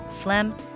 phlegm